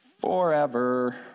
forever